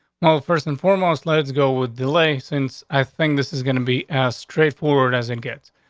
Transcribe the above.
no, first and foremost, let's go with delay. since i think this is gonna be asked trade forward as it gets.